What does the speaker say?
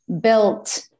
built